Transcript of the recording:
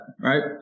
right